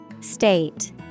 State